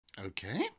Okay